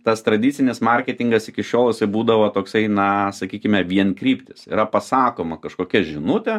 tas tradicinis marketingas iki šiol būdavo toksai na sakykime vien kryptys yra pasakoma kažkokia žinutė